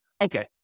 Okay